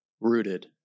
rooted